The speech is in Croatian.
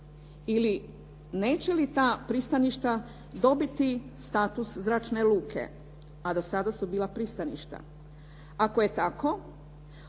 Ili neće li ta pristaništa dobiti status zračne luke a do sada su bila pristaništa? Ako je tako